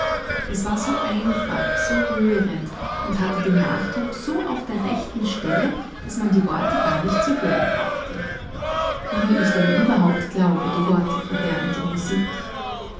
es war so einfach so rührend und hatte den nachdruck so auf der rechten stelle daß man die worte gar nicht zu hören brauchte wie ich denn überhaupt glaube die worte verderben die musik